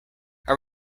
are